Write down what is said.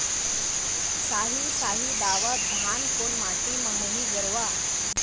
साही शाही दावत धान कोन माटी म होही गरवा?